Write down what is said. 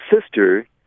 sister